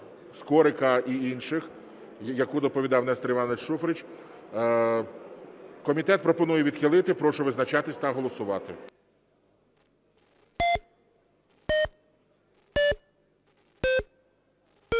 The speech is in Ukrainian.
Скорика і інших, яку доповідав Нестор Іванович Шуфрич. Комітет пропонує відхилити. Прошу визначатись та голосувати.